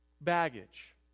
baggage